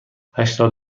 هشتاد